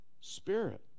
spirit